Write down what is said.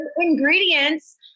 ingredients